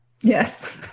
Yes